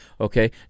Okay